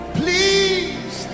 please